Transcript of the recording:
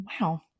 Wow